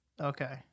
Okay